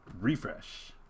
Refresh